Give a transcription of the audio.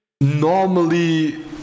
normally